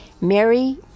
Mary